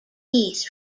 east